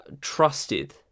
trusted